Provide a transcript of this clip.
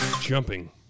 jumping